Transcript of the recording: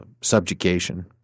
subjugation